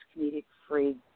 comedic-free